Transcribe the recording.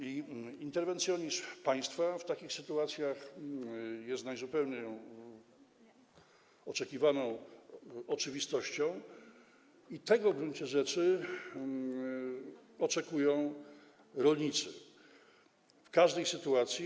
Interwencjonizm państwa w takich sytuacjach jest najzupełniej oczekiwaną oczywistością i tego w gruncie rzeczy oczekują rolnicy w każdej sytuacji.